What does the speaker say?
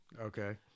Okay